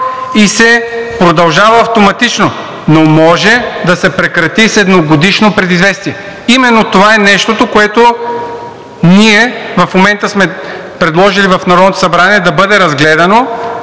и се продължава автоматично, но може да се прекрати с едногодишно предизвестие. Именно това е нещото, което ние в момента сме предложили в Народното събрание да бъде разгледано